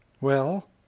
Well